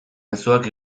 mezuak